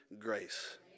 grace